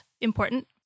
important